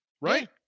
right